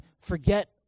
forget